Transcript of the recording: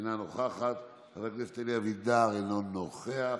אינה נוכחת, חבר הכנסת אלי אבידר, אינו נוכח,